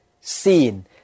seen